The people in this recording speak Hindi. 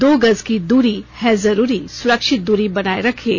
दो गज की दूरी है जरूरी सुरक्षित दूरी बनाए रखें